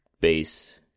base